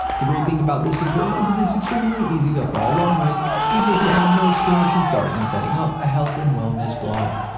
the great thing about this tutorial is it is extremely easy to follow along with even if you have no experience in starting and setting up a health and wellness blog.